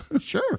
Sure